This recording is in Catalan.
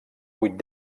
vuit